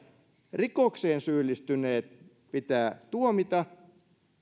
rikokseen syyllistyneet pitää tuomita